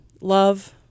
love